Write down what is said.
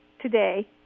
today